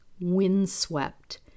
windswept